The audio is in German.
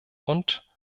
und